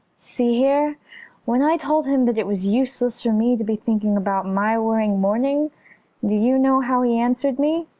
see here when i told him that it was useless for me to be thinking about my wearing mourning, do you know how he answered me?